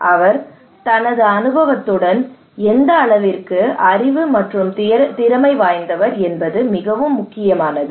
அவர் தனது அனுபவத்துடன் எந்த அளவிற்கு அறிவு மற்றும் திறமை வாய்ந்தவர் என்பது மிகவும் முக்கியமானது